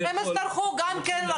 ואתה נותן לו